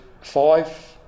five